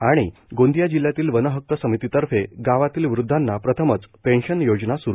त गोंदिया जिल्ह्यातील वन हक्क समितीतर्फे गावातील वृद्धांना प्रथमच पेन्शन योजना सुरु